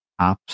apps